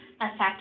affect